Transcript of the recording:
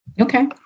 Okay